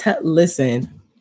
listen